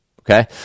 Okay